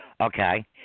Okay